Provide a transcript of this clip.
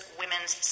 women's